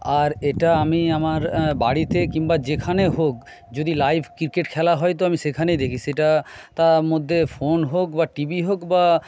আর এটা আমি আমার বাড়িতে কিংবা যেখানে হোক যদি লাইভ ক্রিকেট খেলা হয় তো আমি সেখানেই দেখি সেটা তার মধ্যে ফোন হোক বা টিভি হোক বা